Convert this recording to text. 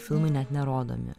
filmai net nerodomi